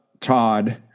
todd